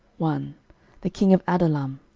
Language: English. one the king of adullam,